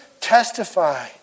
testify